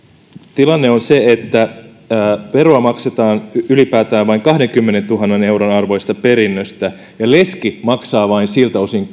tilanne on se että veroa maksetaan ylipäätään vain kahdenkymmenentuhannen euron arvoisesta perinnöstä ja leski maksaa vain siltä osin